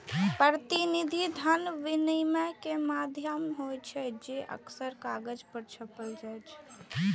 प्रतिनिधि धन विनिमय के माध्यम होइ छै, जे अक्सर कागज पर छपल होइ छै